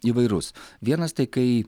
įvairus vienas tai kai